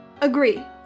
Agree